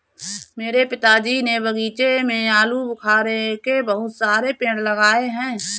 मेरे पिताजी ने बगीचे में आलूबुखारे के बहुत सारे पेड़ लगाए हैं